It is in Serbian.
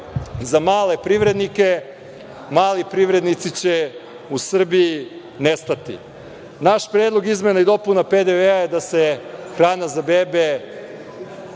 za male privrednike. Mali privrednici će u Srbiji nestati. Naš Predlog izmena i dopuna PDV-a je da se hrana za bebe